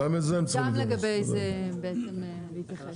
גם לזה צריך להתייחס.